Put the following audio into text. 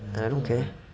I'm okay